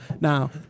Now